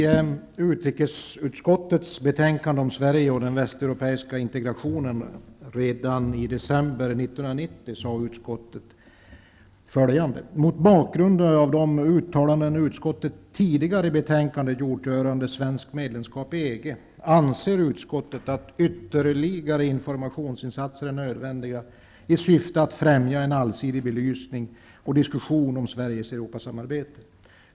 Redan i december 1990 sade utrikesutskottet följande i betänkandet om Sverige och den västeuropeiska integrationen: Mot bakgrund av de uttalanden utskottet tidigare i betänkandet gjort rörande svenskt medlemskap i EG anser utskottet att ytterligare informationsinsatser är nödvändiga i syfte att främja en allsidig belysning och diskussion om Sveriges Europasamarbete.